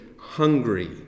hungry